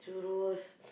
churros